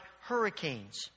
hurricanes